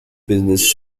business